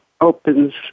opens